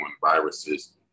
viruses